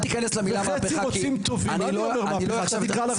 אל תיכנס למילה מהפכה כי אני לא --- אז אתה תקרא לה רפורמה,